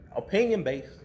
Opinion-based